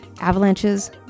avalanches